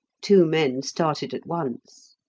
two men started at once.